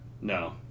No